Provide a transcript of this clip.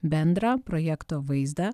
bendrą projekto vaizdą